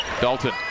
Dalton